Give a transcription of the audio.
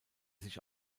sich